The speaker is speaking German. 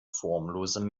formlose